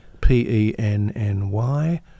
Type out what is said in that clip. p-e-n-n-y